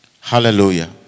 Hallelujah